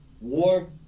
war